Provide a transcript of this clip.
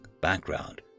background